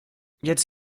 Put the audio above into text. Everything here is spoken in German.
jetzt